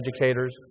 educators